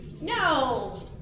no